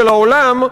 של העולם,